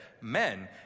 Men